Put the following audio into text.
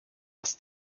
aus